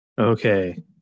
Okay